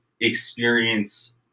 experience